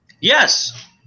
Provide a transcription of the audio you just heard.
Yes